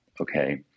okay